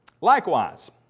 Likewise